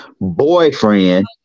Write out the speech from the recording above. boyfriend